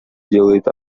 делает